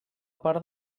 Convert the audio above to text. part